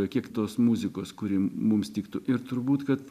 kiek tos muzikos kuri mums tiktų ir turbūt kad